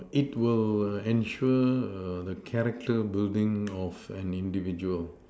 it will ensure the character building of an individual